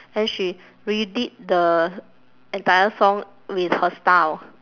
then she redid the entire song with her style